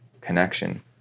connection